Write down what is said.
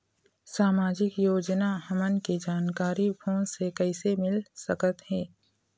सामाजिक योजना हमन के जानकारी फोन से कइसे मिल सकत हे?